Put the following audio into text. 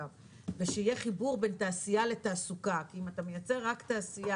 ושיהיה חיבור בין תעשייה לתעסוקה כי אם אתה מייצר רק תעשייה